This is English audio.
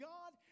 God